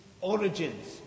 origins